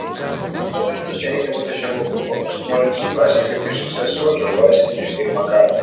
antra vertus nereikia būti šerloku holmsu norint suprasti kad jūsų sesuo žalojasi ne pirmą kartą